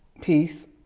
piece.